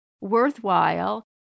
worthwhile